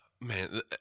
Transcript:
man